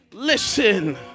Listen